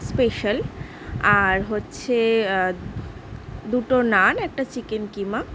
special আর হচ্ছে দুটো নান একটা চিকেন কিমা